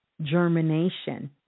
germination